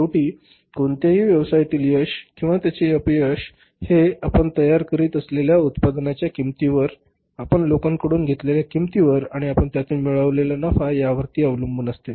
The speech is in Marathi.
शेवटी कोणत्याही व्यवसायातील यश किंवा त्याचे अपयश हे आपण तयार करीत असलेल्या उत्पादनाच्या किंमतीवर आपण लोकांकडून घेतलेल्या किंमतीवर आणि आपण त्यातून मिळविलेला नफा यावरती अवलंबून असते